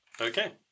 okay